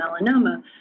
melanoma